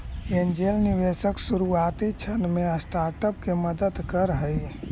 angel निवेशक शुरुआती क्षण में स्टार्टअप के मदद करऽ हइ